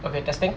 okay testing